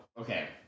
Okay